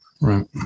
right